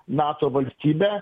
nato valstybę